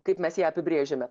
kaip mes ją apibrėžėme